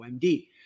OMD